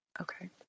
okay